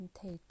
take